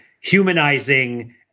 humanizing